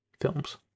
films